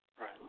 Right